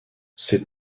ses